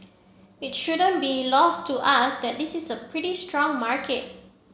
it shouldn't be lost to us that this is a pretty strong market